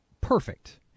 perfect